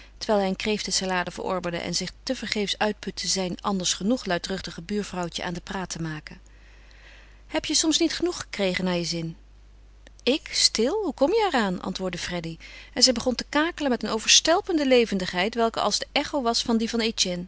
terwijl hij een kreeftensalade verorberde en zich tevergeefs uitputte zijn anders genoeg luidruchtig buurvrouwtje aan den praat te maken heb je soms niet genoeg gekregen naar je zin ik stil hoe kom je er aan antwoordde freddy en zij begon te kakelen met een overstelpende levendigheid welke als de echo was van die van